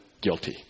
guilty